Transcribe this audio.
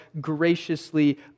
graciously